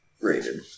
rated